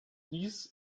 dies